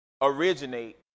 originate